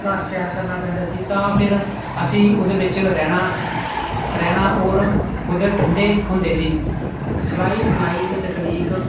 ਘਰ ਤਿਆਰ ਕਰਨਾ ਪੈਂਦਾ ਸੀ ਤਾਂ ਫਿਰ ਅਸੀਂ ਉਹਦੇ ਵਿੱਚ ਰਹਿਣਾ ਰਹਿਣਾ ਔਰ ਉਹਦੇ ਠੰਢੇ ਹੁੰਦੇ ਸੀ ਸਿਲਾਈ ਬੁਣਾਈ ਦੀ ਤਕਨੀਕ